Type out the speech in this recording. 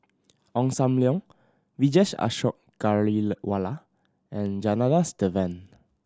Ong Sam Leong Vijesh Ashok and Janadas Devan